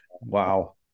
Wow